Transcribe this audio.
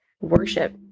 worship